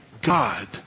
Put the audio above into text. God